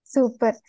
Super